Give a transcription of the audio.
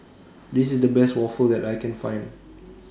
This IS The Best Waffle that I Can Find